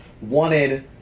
wanted